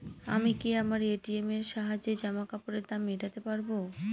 আমি কি আমার এ.টি.এম এর সাহায্যে জামাকাপরের দাম মেটাতে পারব?